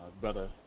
Brother